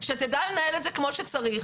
שתדע לנהל את זה כמו שצריך.